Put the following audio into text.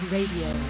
Radio